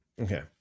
Okay